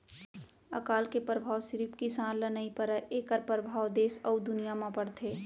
अकाल के परभाव सिरिफ किसान ल नइ परय एखर परभाव देस अउ दुनिया म परथे